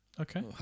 Okay